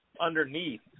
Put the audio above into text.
underneath